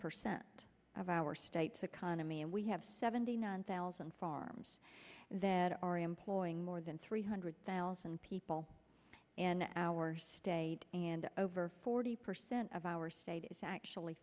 percent of our state's economy and we have seventy nine thousand farms that are employing more than three hundred thousand people in our state and over forty percent of our state is actually